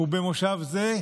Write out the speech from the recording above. ובמושב זה,